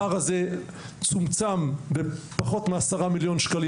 הפער הזה צומצם בפחות מ-10 מיליון שקלים